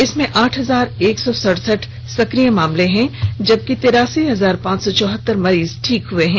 इसमें आठ हजार एक सौ सरसठ सक्रिय केस है जबकि तिरासी हजार पांच सौ इकहतर मरीज ठीक हुए हैं